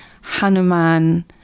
Hanuman